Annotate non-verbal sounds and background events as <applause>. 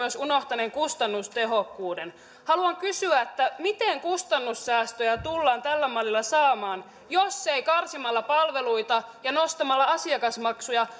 unohtaneen myös kustannustehokkuuden haluan kysyä miten kustannussäästöjä tullaan tällä mallilla saamaan jos ei karsimalla palveluita ja nostamalla asiakasmaksuja <unintelligible>